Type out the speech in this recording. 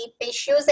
issues